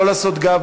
לא להפנות גב,